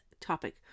topic